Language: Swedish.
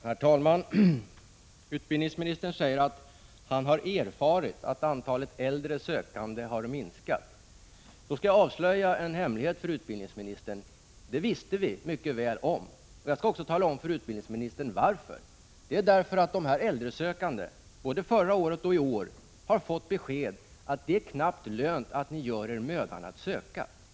Herr talman! Utbildningsministern säger att han har erfarit att antalet äldresökande har minskat. Då skall jag avslöja en hemlighet för utbildningsministern. Detta visste vi mycket väl om, och jag skall också tala om varför. Jo, de äldresökande har både förra året och i år fått beskedet att det knappt är lönt att de gör sig mödan att söka.